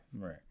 Right